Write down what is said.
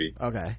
okay